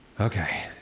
Okay